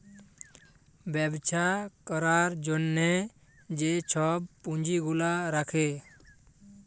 ব্যবছা ক্যরার জ্যনহে যে ছব পুঁজি গুলা রাখে